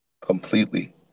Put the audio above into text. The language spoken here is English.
Completely